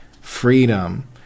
freedom